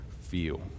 feel